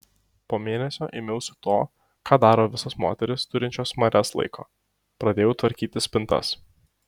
po mėnesio ėmiausi to ką daro visos moterys turinčios marias laiko pradėjau tvarkyti spintas